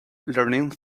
learning